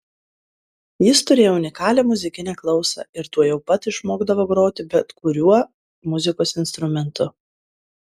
jis turėjo unikalią muzikinę klausą ir tuojau pat išmokdavo groti bet kuriuo muzikos instrumentu